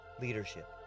leadership